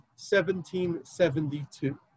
1772